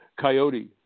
coyote